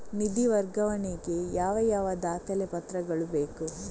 ನಿಧಿ ವರ್ಗಾವಣೆ ಗೆ ಯಾವ ಯಾವ ದಾಖಲೆ ಪತ್ರಗಳು ಬೇಕು?